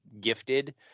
gifted